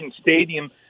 Stadium